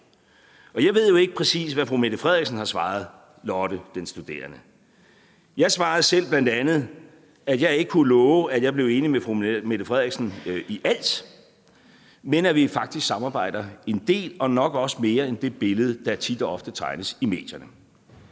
Jeg ved jo ikke, præcis hvad fru Mette Frederiksen har svaret Lotte, den studerende, men jeg svarede selv bl.a., at jeg ikke kunne love, at jeg blev enig med fru Mette Frederiksen i alt, men at vi faktisk samarbejder en del og nok også mere end ifølge det billede, der tit og ofte tegnes i medierne.